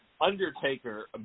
Undertaker